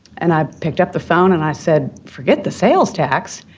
and i picked up the phone, and i said, forget the sales tax.